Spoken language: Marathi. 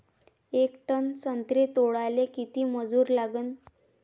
येक टन संत्रे तोडाले किती मजूर लागन?